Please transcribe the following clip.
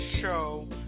show